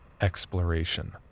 Exploration